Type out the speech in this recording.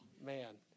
man